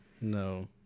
no